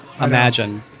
imagine